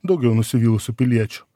daugiau nusivylusių piliečių